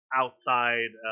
outside